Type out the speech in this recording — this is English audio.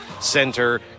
Center